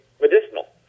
medicinal